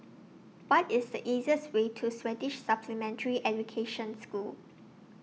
What IS The easiest Way to Swedish Supplementary Education School